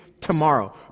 tomorrow